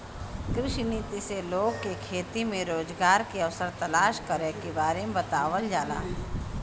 कृषि नीति से लोग के खेती में रोजगार के अवसर तलाश करे के बारे में बतावल जाला